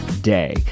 Day